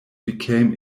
became